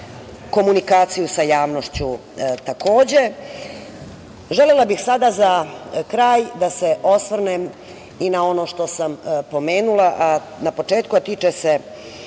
komunikaciju sa javnošću takođe. Želela bih sada za kraj da se osvrnem i na ono što sam pomenula na početku, a tiče se